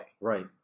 Right